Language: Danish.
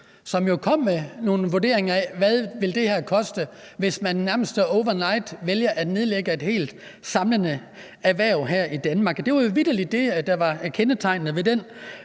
spidsen kom med nogle vurderinger af, hvad det ville koste, hvis man nærmest overnight valgte at nedlægge et helt samlet erhverv her i Danmark. Det var jo vitterlig det, der var kendetegnende for den